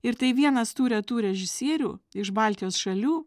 ir tai vienas tų retų režisierių iš baltijos šalių